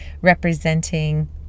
representing